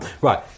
Right